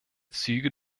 züge